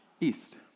east